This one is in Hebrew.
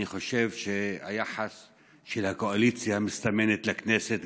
אני חושב שהיחס של הקואליציה המסתמנת לכנסת,